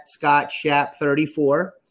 ScottShap34